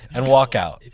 and walk out.